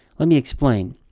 let me explain.